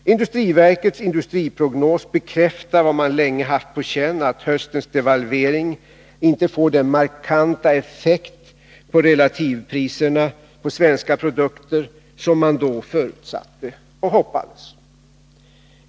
Industriverkets industriprognos bekräftar vad man länge haft på känn, nämligen att höstens devalvering inte får den markanta effekt på relativpriserna på svenska produkter som man då förutsatte och hoppades.